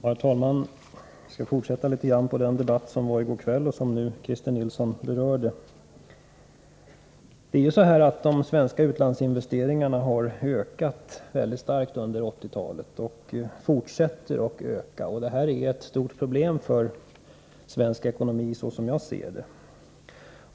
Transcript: Herr talman! Jag skall fortsätta litet grand med de frågor som behandlades under debatten i går kväll och som Christer Nilsson nu berörde. De svenska utlandsinvesteringarna har ju ökat väldigt starkt under 1980-talet och fortsätter att öka. Det här är ett stort problem för svensk ekonomi, så som jag ser det.